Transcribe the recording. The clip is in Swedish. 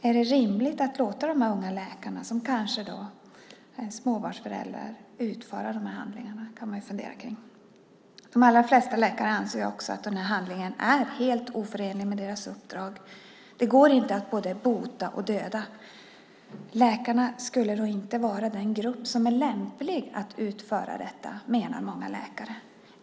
Är det rimligt att låta de här unga läkarna, som kanske är småbarnsföräldrar, utföra den här handlingen? Det kan man fundera kring. De allra flesta läkare anser också att den här handlingen är helt oförenlig med deras uppdrag. Det går inte att både bota och döda. Läkarna skulle därför inte vara den grupp som är lämplig att utföra detta, menar många läkare.